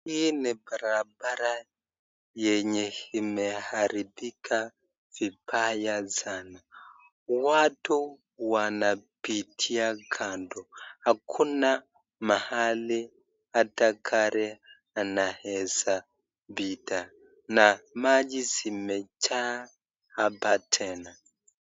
Hii ni barabara yenye imeharibika vibaya sana, watu wanapitia kando hakuna mahali hata gari anaweza pita na maji zimejaa hapa tena.